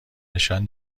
نشان